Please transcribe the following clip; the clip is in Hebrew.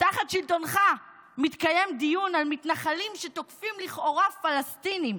תחת שלטונך מתקיים דיון על מתנחלים שתוקפים לכאורה פלסטינים,